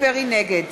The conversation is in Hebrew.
נגד